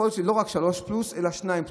יכול להיות שלא רק שלושה פלוס, אלא שניים פלוס.